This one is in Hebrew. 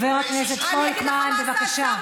חבר הכנסת פולקמן, בבקשה.